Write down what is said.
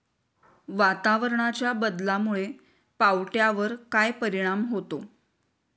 वातावरणाच्या बदलामुळे पावट्यावर काय परिणाम होतो?